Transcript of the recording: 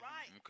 Right